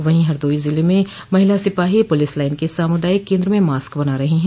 वहीं हरदोई जिले में महिला सिपाही पुलिस लाइन के सामुदायिक केन्द्र में मास्क बना रही हैं